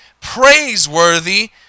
praiseworthy